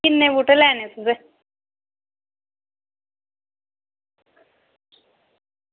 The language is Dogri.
किन्ने बूह्टे लैने तुसें